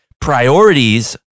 Priorities